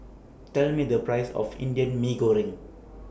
Tell Me The Price of Indian Mee Goreng